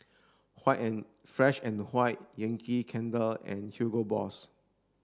Fresh and White Yankee Candle and Hugo Boss